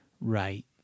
Right